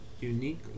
unique